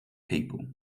people